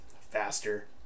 faster